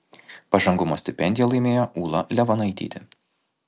pažangumo stipendiją laimėjo ūla levanaitytė